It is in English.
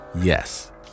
Yes